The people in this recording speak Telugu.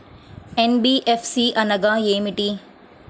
ఎన్.బీ.ఎఫ్.సి అనగా ఏమిటీ?